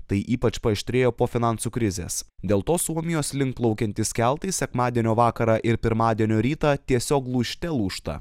tai ypač paaštrėjo po finansų krizės dėl to suomijos link plaukiantys keltai sekmadienio vakarą ir pirmadienio rytą tiesiog lūžte lūžta